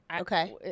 Okay